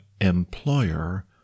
employer